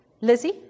Lizzie